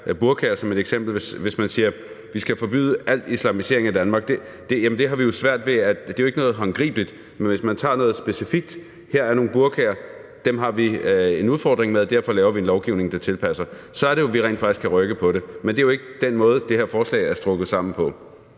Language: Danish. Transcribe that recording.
burkaer som eksempel. Hvis man siger, at vi skal forbyde al islamisering af Danmark, så er det jo ikke noget håndgribeligt, men hvis vi tager noget specifikt – her er nogle burkaer, dem har vi en udfordring med, og derfor laver vi en lovgivning, der tilpasser sig det – så er det jo, at vi rent faktisk kan rykke på det. Men det er jo ikke den måde, det her forslag er strikket sammen på.